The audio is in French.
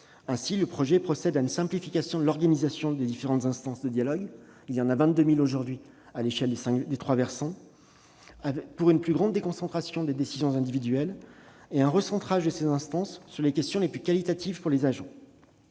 projet de loi procède ainsi à une simplification de l'organisation des différentes instances de dialogue- il en existe 22 000 aujourd'hui, à l'échelle des trois versants de la fonction publique !-, pour une plus grande déconcentration des décisions individuelles et un recentrage de ces instances sur les questions les plus qualitatives pour les agents.